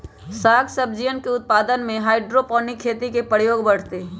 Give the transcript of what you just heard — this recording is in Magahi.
साग सब्जियन के उत्पादन में हाइड्रोपोनिक खेती के प्रयोग बढ़ते हई